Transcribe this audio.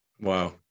Wow